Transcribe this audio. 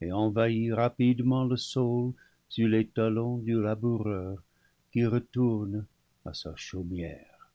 et envahit rapidement le sol sur les talons du laboureur qui retourne à sa chaumière